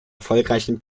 erfolgreichen